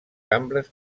cambres